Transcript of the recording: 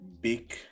big